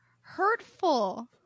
hurtful